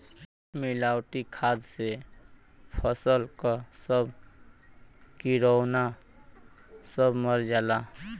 मिलावटी खाद से फसल क सब किरौना सब मर जाला